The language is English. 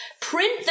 print